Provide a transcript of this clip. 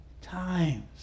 times